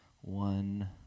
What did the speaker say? one